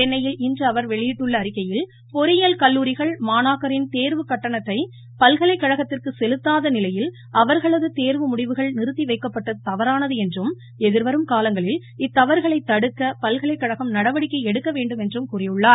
சென்னையில் இன்று அவர் வெளியிட்டுள்ள அறிக்கையில் பொறியியல் கல்லூரிகள் மாணாக்கரின் தேர்வுக் கட்டணத்தை பல்கலைக்கழகத்திற்கு செலுத்தாத நிலையில் அவர்களது தேர்வு முடிவுகள் நிறுத்திவைக்கப்பட்டது என்றும் எதிர்வரும் காலங்களில் இத் தவறுகளைத் தடுக்க தவநானது பல்கலைக்கழகம் நடவடிக்கை எடுக்க வேண்டுமென்றும் கூறியுள்ளார்